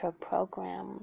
program